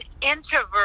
introvert